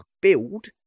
build